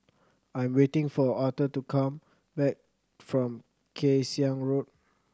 I'm waiting for Authur to come back from Kay Siang Road